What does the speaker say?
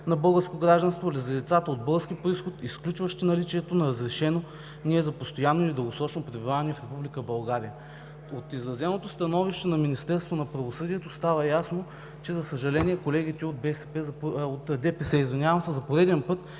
на българско гражданство за лицата от български произход, изключващи наличието на разрешение за постоянно или дългосрочно пребиваване в Република България. От изразеното становище на Министерството на правосъдието става ясно, че, за съжаление, колегите от ДПС за пореден път